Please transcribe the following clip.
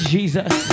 Jesus